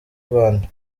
rwanda